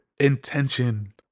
Intention